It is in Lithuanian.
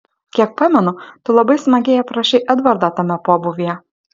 kiek pamenu tu labai smagiai aprašei edvardą tame pobūvyje